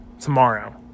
tomorrow